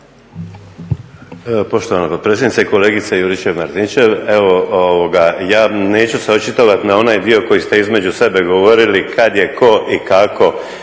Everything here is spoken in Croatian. Poštovana potpredsjednice, kolegice Juričev-Martinčev. Evo ja neću se očitovati na onaj dio koji ste između sebe govorili kad je tko i kako